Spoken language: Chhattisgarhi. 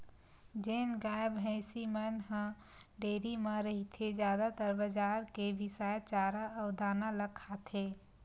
जेन गाय, भइसी मन ह डेयरी म रहिथे जादातर बजार के बिसाए चारा अउ दाना ल खाथे